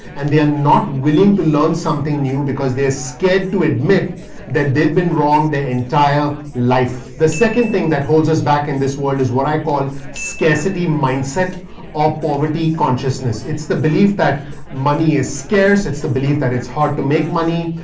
and they are not willing to learn something new because they are scared to admit that they'd been wrong their entire life. the second thing that holds us back in this world is what i call scarcity mindset of poverty consciousness. it's the belief that money is scarce. it's the belief that it's hard to make money.